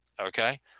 okay